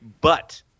but-